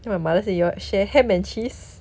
then my mother say your share ham and cheese